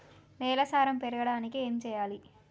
నేల సారం పెరగడానికి ఏం చేయాలి?